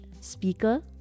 speaker